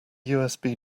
usb